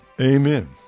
Amen